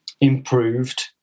improved